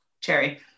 Cherry